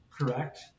correct